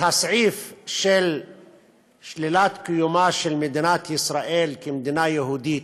הסעיף של שלילת מדינה יהודית כמדינה יהודית,